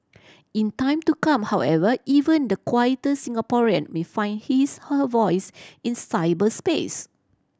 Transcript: in time to come however even the quieter Singaporean may find his her voice in cyberspace